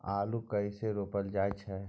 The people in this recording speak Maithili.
आलू कइसे रोपल जाय छै?